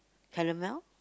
caramel